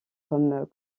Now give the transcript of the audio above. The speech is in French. comme